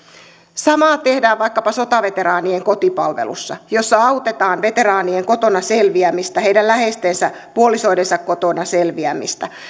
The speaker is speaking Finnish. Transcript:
samaa tehdään vaikkapa sotaveteraanien kotipalvelussa jossa autetaan veteraanien kotona selviämistä heidän läheistensä puolisoidensa kotona selviämistä